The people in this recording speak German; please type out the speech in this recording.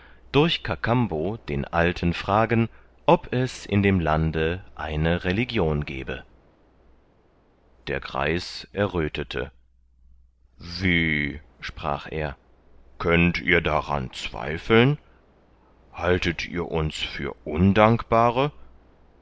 durch kakambo den alten fragen ob es in dem lande eine religion gebe der greis erröthete wie sprach er könnt ihr daran zweifeln haltet ihr uns für undankbare